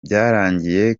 byarangiye